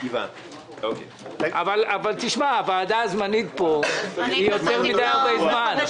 תשמע, הוועדה הזמנית פה היא יותר מידי זמן.